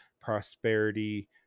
prosperity